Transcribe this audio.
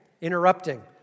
Interrupting